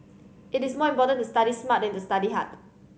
it is more important to study smart than to study hard